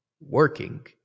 working